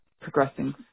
progressing